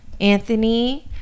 Anthony